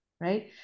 right